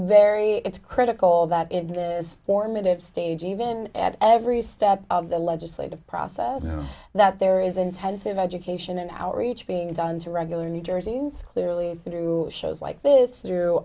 very critical that in this formative stage even at every step of the legislative process that there is intensive education and outreach being done to regular new jerseyans clearly through shows like this through